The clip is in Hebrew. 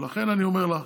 ולכן אני אומר לך